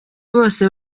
bose